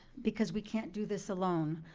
because we can't do this alone,